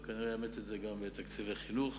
הוא כנראה יאמץ את זה גם בתקציבי חינוך